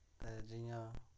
ते जियां